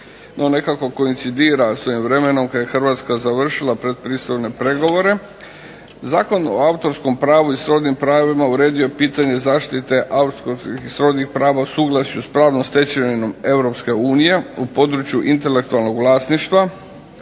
nekako koincidira s ovim vremenom kad je Hrvatska završila pretpristupne pregovore. Zakon o autorskom pravu i srodnim pravima uredio je pitanje zaštite autorskih i srodnih prava u suglasju s pravnom stečevinom EU u području intelektualnog vlasništva